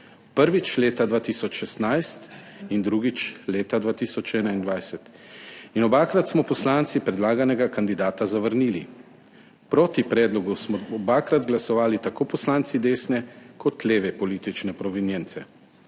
Prvič leta 2016 in drugič leta 2021. In obakrat smo poslanci predlaganega kandidata zavrnili. Proti predlogu smo obakrat glasovali tako poslanci desne kot leve politične provenience.